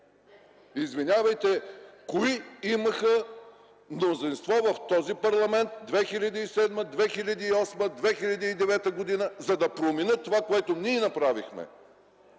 Извинявайте, кои имаха мнозинство в този парламент през 2007-2008-2009 г., за да променят това, което ние направихме?!